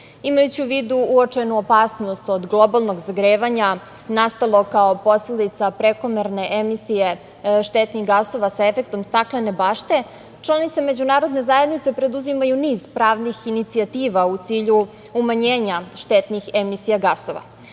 zemlji. Imajući u vidu uočenu opasnost od globalnog zagrevanja, nastalo kao posledica prekomerne emisije štetnih gasova sa efektima staklene bašte, članica međunarodne zajednice preduzimaju niz pravnih inicijativa u cilju umanjenja štetnih emisija gasova. Budući